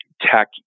tech